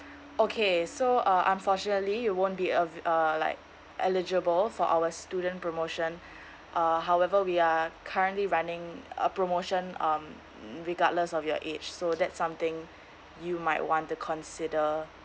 okay so uh unfortunately you won't be uh uh like eligible for our student promotion uh however we are currently running a promotion um regardless of your age so that's something you might want to consider